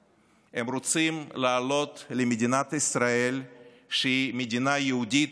הם רוצים להעלות למדינת ישראל שהיא מדינה יהודית,